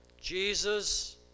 Jesus